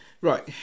right